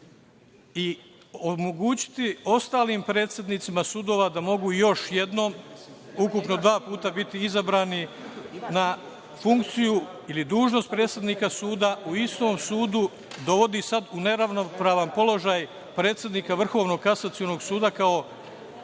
i omogućiti ostalim predsednicima sudova da mogu još jednom, ukupno dva puta biti izabrani na funkciju ili dužnost predsednika suda u istom sudu, dovodi sad u neravnopravan položaj predsednika Vrhovnog kasacionog suda, kao najvišeg